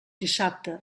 dissabte